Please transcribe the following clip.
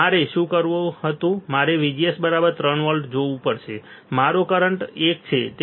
હવે મારે શું કરવું હતું મારે VGS 3 વોલ્ટ જોવું પડશે મારો કરંટ એક છે